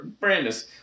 Brandis